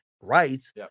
rights